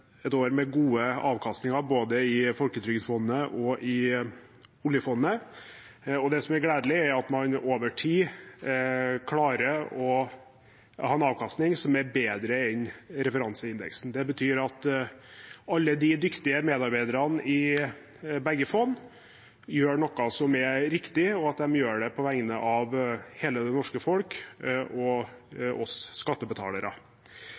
et år med gode avkastninger både i Folketrygdfondet og i oljefondet, og det som er gledelig, er at man over tid klarer å ha en avkastning som er bedre enn referanseindeksen. Det betyr at alle de dyktige medarbeiderne i begge fond gjør noe som er riktig, og at de gjør det på vegne av hele det norske folk og oss skattebetalere.